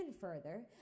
further